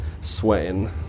sweating